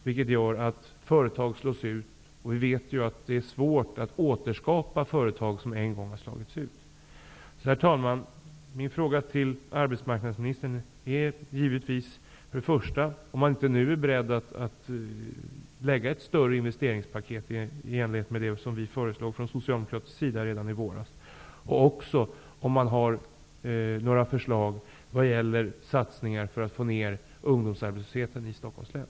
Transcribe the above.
Det gör att företag slås ut, och vi vet att det är svårt att återskapa företag som en gång har slagits ut. Herr talman! Min fråga till arbetsmarknadsministern är om han inte nu är beredd att komma med ett större investeringspaket i enlighet med det som Socialdemokraterna föreslog redan i våras och om han har några förslag på satsningar för att få ner ungdomsarbetslösheten i Stockholms län.